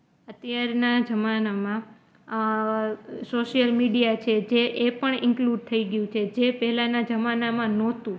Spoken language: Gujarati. અત્યારના જમાનામાં સોસિયલ મીડિયા છે જે એ પણ ઇન્કલુંડ થઈ ગયું છે જે પહેલાંના જમાનામાં નહોતું